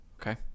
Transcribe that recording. Okay